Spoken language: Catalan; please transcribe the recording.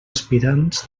aspirants